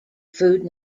food